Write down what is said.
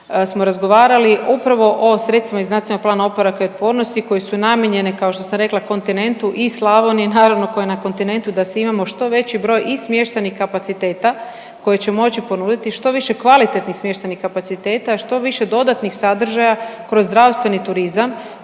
smo razgovarali upravo o sredstvima iz NPOO-a koje su namijenjene kao što sam rekla kontinentu i Slavoniji naravno koja je na kontinentu da imamo što veći broj i smještajnih kapaciteta koje će moći ponuditi što više kvalitetnih smještajnih kapaciteta, što više dodatnih sadržaja kroz zdravstveni turizam,